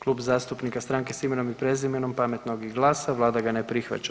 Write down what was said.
Klub zastupnika Stranke s imenom i prezimenom, Pametnog i GLAS-a, Vlada ga ne prihvaća.